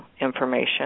information